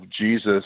Jesus